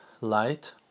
light